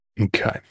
Okay